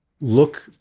look